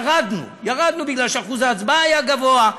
ירדנו בגלל שאחוז ההצבעה היה גבוה.